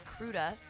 Cruda